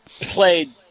played